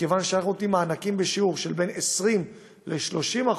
מכיוון שאנחנו נותנים מענקים בשיעור שבין 20% ל-30%,